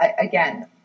again